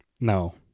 No